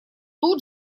тут